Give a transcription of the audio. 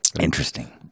Interesting